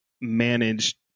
managed